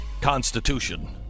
Constitution